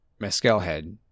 Mescalhead